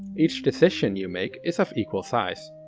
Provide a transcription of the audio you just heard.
each decision you make is of equal size.